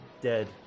Dead